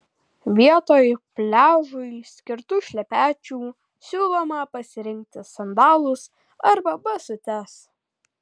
vietoj pliažui skirtų šlepečių siūloma pasirinkti sandalus arba basutes